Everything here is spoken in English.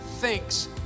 thinks